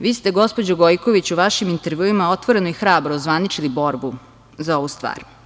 Vi ste, gospođo Gojković, u vašim intervjuima otvoreno i hrabro ozvaničili borbu za ovu stvar.